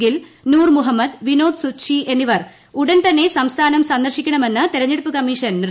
ഗിൽ നൂർ മുഹമ്മദ് വിനോദ് സുത്ഷി എന്നിവർ ഉടൻ തന്നെ സംസ്ഥാനം സന്ദർശിക്കണമെന്ന് തെരഞ്ഞെടുപ്പ് കമ്മീഷൻ നിർദേശിച്ചു